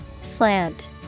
Slant